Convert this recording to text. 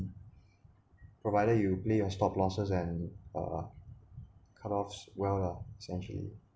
provided you play your stop losses and uh cut offs well ah essentially